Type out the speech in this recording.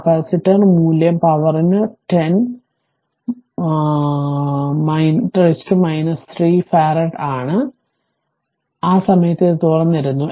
capacitor മൂല്യം പവറിന് 10 ആണ് 3 ഫറാഡ് അതിനാൽ ആ സമയത്ത് ഇത് തുറന്നിരുന്നു